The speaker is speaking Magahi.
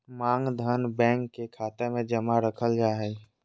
मांग धन, बैंक के खाता मे जमा रखल जा हय